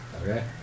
Okay